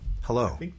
Hello